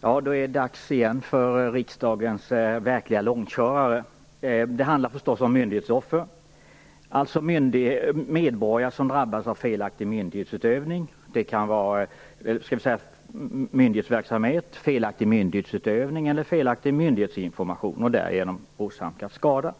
Så var det dags igen för riksdagens verkliga långkörare. Det handlar förstås om myndighetsoffer, alltså medborgare som drabbas av en felaktig myndighetsutövning eller felaktig myndighetsinformation och därigenom åsamkas skada.